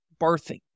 birthing